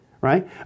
right